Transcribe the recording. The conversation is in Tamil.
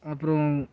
அப்புறம்